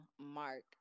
mark